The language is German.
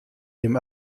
dem